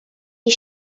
die